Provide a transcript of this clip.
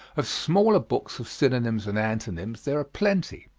of smaller books of synonyms and antonyms there are plenty.